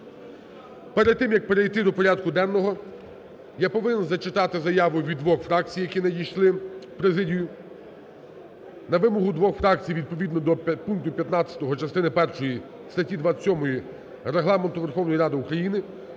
Перед тим, як перейти до порядку денного, я повинен зачитати заяву від двох фракцій, яка надійшла в президію. На вимогу двох фракцій відповідно до пункту 15 частини першої статті 27 Регламенту Верховної Ради України